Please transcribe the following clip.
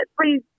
please